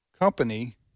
company